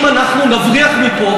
אם אנחנו נבריח מפה,